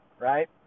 right